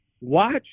Watch